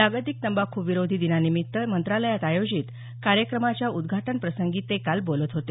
जागतिक तंबाखूविरोधी दिनानिमित्त मंत्रालयात आयोजित कार्यक्रमाच्या उद्घाटन प्रसंगी ते काल बोलत होते